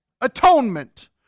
Atonement